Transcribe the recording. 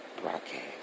broadcast